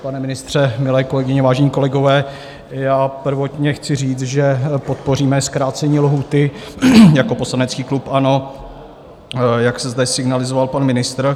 Pane ministře, milé kolegyně, vážení kolegové, prvotně chci říct, že podpoříme zkrácení lhůty jako poslanecký klub ANO, jak zde signalizoval pan ministr.